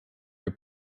your